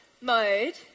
mode